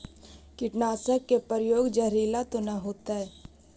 कीटनाशक के प्रयोग, जहरीला तो न होतैय?